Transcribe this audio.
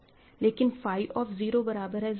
लेकिन phi of 0 बराबर है 0 के